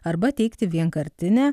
arba teikti vienkartinę